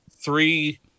three